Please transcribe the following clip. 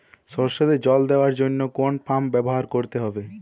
সরষেতে জল দেওয়ার জন্য কোন পাম্প ব্যবহার করতে হবে?